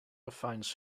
finds